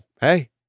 hey